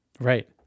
Right